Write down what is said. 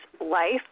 life